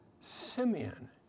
Simeon